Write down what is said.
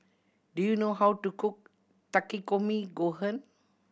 do you know how to cook Takikomi Gohan